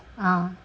ah